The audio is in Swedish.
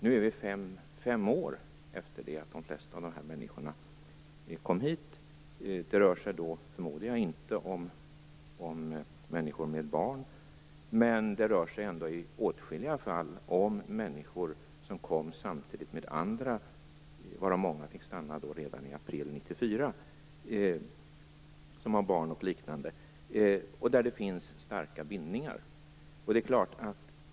Nu har det gått fem år efter det att de flesta av dessa människor kom hit. Jag förmodar att det inte rör sig om människor med barn, men det rör sig ändå i åtskilliga fall om människor som kom samtidigt med andra, varav många fick besked om att de skulle få stanna redan i april 1994. Det gäller t.ex. människor som har barn. Det finns starka bindningar.